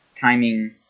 timing